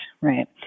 right